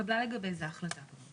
התקבלה לגבי זה החלטה.